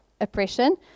oppression